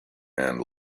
and